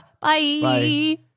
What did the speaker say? Bye